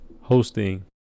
hosting